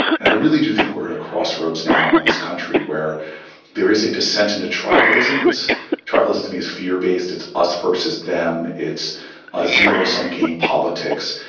and i really do think we're at a crossroads now in this country where there is a descent into tribalism. it's tribalism to me is fear-based. it's us versus them. it's a zero-sum game politics.